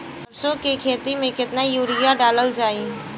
सरसों के खेती में केतना यूरिया डालल जाई?